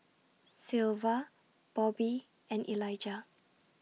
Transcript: Sylva Bobbi and Elijah